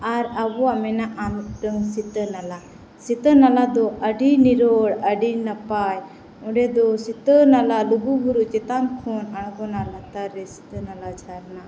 ᱟᱨ ᱟᱵᱚᱣᱟᱜ ᱢᱮᱱᱟᱜᱼᱟ ᱢᱤᱫᱴᱟᱹᱝ ᱥᱤᱛᱟᱹ ᱱᱟᱞᱟ ᱥᱤᱛᱟᱹ ᱱᱟᱞᱟ ᱫᱚ ᱟᱰᱤ ᱱᱤᱨᱚᱲ ᱟᱰᱤ ᱱᱟᱯᱟᱭ ᱚᱸᱰᱮ ᱫᱚ ᱥᱤᱛᱟᱹᱱᱟᱞᱟ ᱞᱩᱜᱩ ᱵᱩᱨᱩ ᱪᱮᱛᱟᱱ ᱠᱷᱚᱱ ᱟᱬᱜᱚᱱᱟ ᱞᱟᱛᱟᱨ ᱨᱮ ᱥᱤᱛᱟᱹᱱᱟᱞᱟ ᱡᱷᱟᱨᱱᱟ